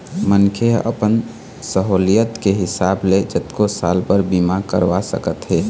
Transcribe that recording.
मनखे ह अपन सहुलियत के हिसाब ले जतको साल बर बीमा करवा सकत हे